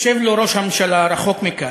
יושב לו ראש הממשלה רחוק מכאן,